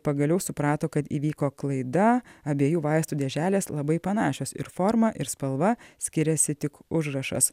pagaliau suprato kad įvyko klaida abiejų vaistų dėželės labai panašios ir formą ir spalva skiriasi tik užrašas